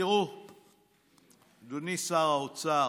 תראו, אדוני שר האוצר,